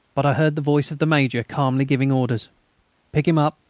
but i heard the voice of the major calmly giving orders pick him up!